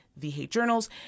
thehatejournals